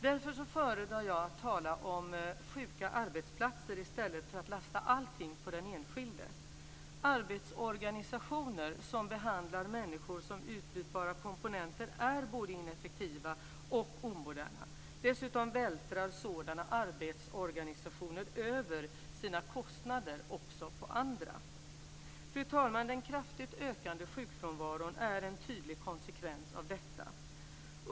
Därför föredrar jag att tala om sjuka arbetsplatser i stället för att lasta allting på den enskilde. Arbetsorganisationer som behandlar människor som utbytbara komponenter är både ineffektiva och omoderna. Dessutom vältrar sådana arbetsorganisationer över sina kostnader också på andra. Fru talman! Den kraftigt ökande sjukfrånvaron är en tydlig konsekvens av detta.